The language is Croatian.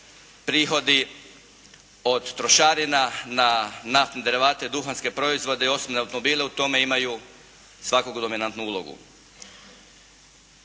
prihodi od trošarina na naftne derivate, duhanske proizvode i osobne automobile u tome imaju svakako dominantnu ulogu.